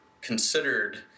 considered